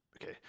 Okay